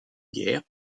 guerres